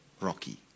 Rocky